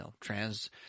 trans-